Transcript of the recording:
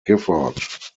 gifford